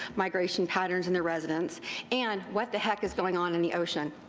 migration patterns and their residence and what the heck is going on in the ocean.